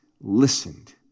listened